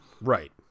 Right